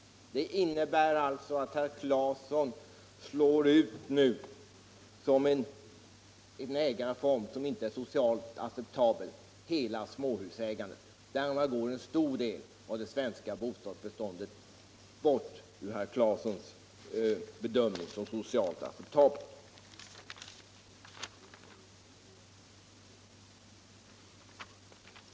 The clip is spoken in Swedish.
Det innebär alltså att herr Claeson nu slår ut en ägarform, nämligen hela småhusägandet, som icke socialt acceptabel. Därmed går en stor del av det svenska bostadsbeståndet bort ur herr Claesons bedömning som socialt acceptabelt.